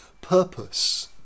purpose